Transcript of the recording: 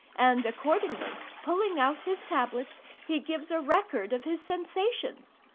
and, accordingly, pulling out his tablets, he gives a record of his sensations.